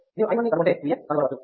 మీరు i 1 ని కనుగొంటే Vx కనుగొనవచ్చు